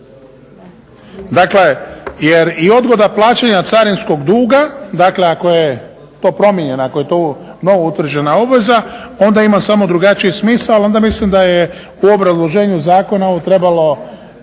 Dakle, jer i odgoda plaćanja carinskog duga dakle ako je to promijenjeno, ako je to novo utvrđena obveza onda ima samo drugačiji smisao ali onda mislim da je u obrazloženju zakona trebalo